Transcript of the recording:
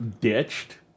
ditched